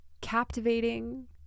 captivating